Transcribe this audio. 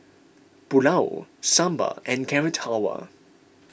Pulao Sambar and Carrot Halwa